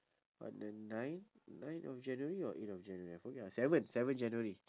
on the nine nine of january or eight of january I forget ah seven seven january